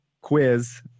quiz